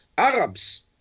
Arabs